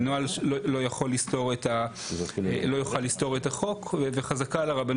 הנוהל לא יכול לסתור את החוק וחזקה על הרבנות